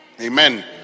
Amen